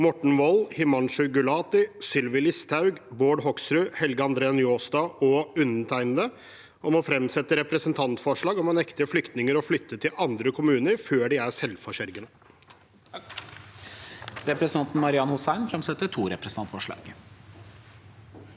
Morten Wold, Himanshu Gulati, Sylvi Listhaug, Bård Hoksrud, Helge André Njåstad og undertegnede å fremsette representantforslag om å nekte flyktninger å flytte til andre kommuner før de er selvforsørgende.